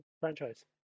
franchise